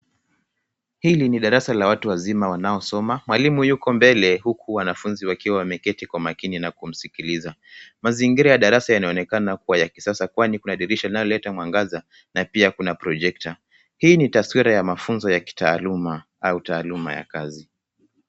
Hili ni darasa la watu wazimu wanaosoma. Mwalimu yuko mbele huku wanafunzi wakiwa wameketi kwa makini na kumsikiliza. Mazingira ya darasa yanaonekana kuwa ya kisasa, kwani kuna dirisha inayoleta mwangaza na pia kuna projector . Hii ni taswira ya mafunzo ya kitaaluma au taaluma ya kazi.